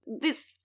this-